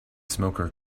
smoker